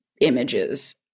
images